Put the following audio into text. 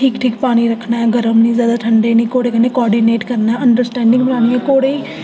ठीक ठीक पानी रक्खना जैदा ठंडा नेईं जैदा गर्म नेईं घोड़े कन्नै क्वार्डिनेट करना अंडरस्टैंडिंग बनाइयै रक्खना